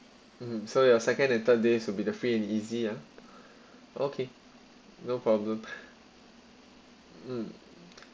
so your second and third days will be the free and easy ah okay no problem mm